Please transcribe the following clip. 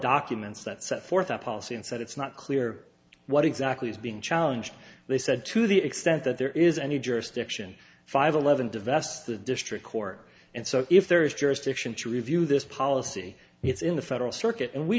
documents that set forth a policy and said it's not clear what exactly is being challenged they said to the extent that there is any jurisdiction five eleven divest the district court and so if there is jurisdiction to review this policy it's in the federal circuit and we